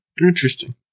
Interesting